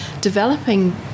developing